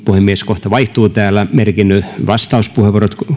puhemies kohta vaihtuu täällä mutta meillä on vielä merkityt vastauspuheenvuorot